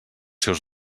seus